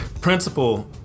Principal